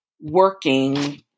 working